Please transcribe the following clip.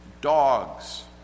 Dogs